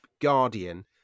guardian